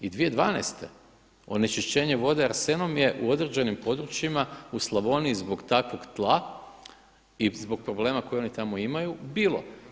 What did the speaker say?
I 2012. onečišćenje vode arsenom je u određenim područjima u Slavoniji zbog takvog tla i zbog problema koji oni tamo imaju bilo.